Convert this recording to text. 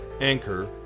Anchor